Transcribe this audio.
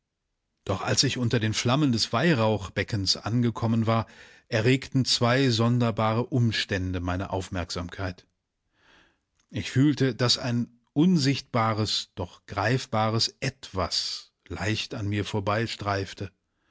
doch als ich unter den flammen des weihrauchbeckens angekommen war erregten zwei sonderbare umstände meine aufmerksamkeit ich fühlte daß ein unsichtbares doch greifbares etwas leicht an mir